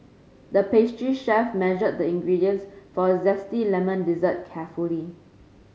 the pastry chef measured the ingredients for a zesty lemon dessert carefully